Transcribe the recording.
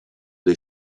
dei